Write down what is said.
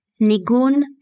Nigun